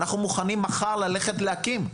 אנחנו מוכנים מחר ללכת להקים,